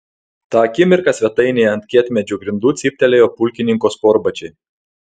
tą akimirką svetainėje ant kietmedžio grindų cyptelėjo pulkininko sportbačiai